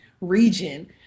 region